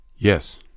Yes